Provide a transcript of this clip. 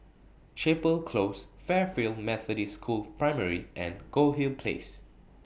Chapel Close Fairfield Methodist School Primary and Goldhill Place